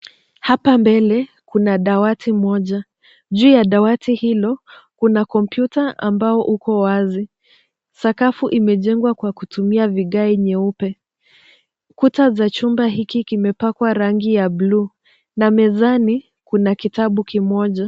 Hapa mbele, kuna dawati moja. Juu ya dawati hilo kuna kompyuta ambao uko wazi. Kafu imejengwa kwa kutumia vigai nyeupe. Kuta za chumba hiki kimepakwa rangi ya bluu, na mezani kuna kitabu kimoja.